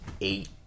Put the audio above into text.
eight